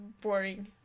boring